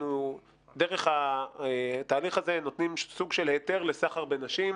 דרך התהליך הזה אנחנו נותנים סוג של היתר לסחר בנשים,